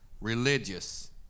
religious